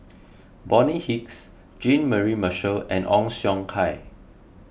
Bonny Hicks Jean Mary Marshall and Ong Siong Kai